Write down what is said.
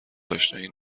اشنایی